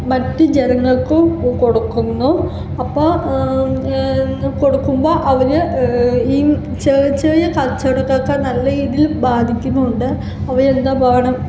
മറ്റ് ജനങ്ങൾക്കും കൊടുക്കുന്നു അപ്പോൾ കൊടുക്കുമ്പോൾ അവർ ഈ ചെറിയ ചെറിയ കച്ചവടക്കാർക്ക് അത് നല്ല രീതിയിൽ ബാധിക്കുന്നും ഉണ്ട്